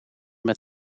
met